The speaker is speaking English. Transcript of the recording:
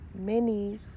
minis